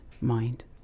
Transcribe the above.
mind